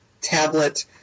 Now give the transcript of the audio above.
tablet